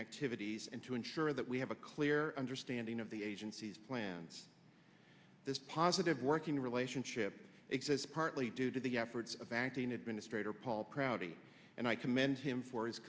activities and to ensure that we have a clear understanding of the agency's plans this positive working relationship exists partly due to the efforts of acting administrator paul prouty and i commend him for his